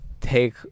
take